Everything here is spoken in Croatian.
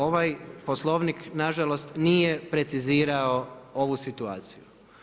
Ovaj Poslovnik nažalost nije precizirao ovu situaciju.